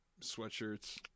sweatshirts